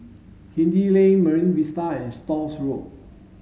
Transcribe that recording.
Hindhede Lane Marine Vista and Stores Road